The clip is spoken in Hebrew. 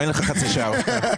אין לך חצי שעה.